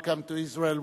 Welcome to Israel,